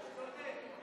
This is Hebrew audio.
הוא צודק.